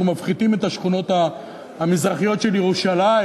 אם אנחנו מפחיתים את השכונות המזרחיות של ירושלים,